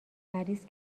مریض